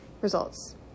Results